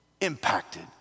impacted